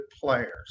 players